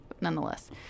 nonetheless